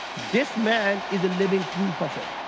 this man is living proof of it.